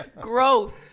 Growth